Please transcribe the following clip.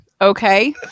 okay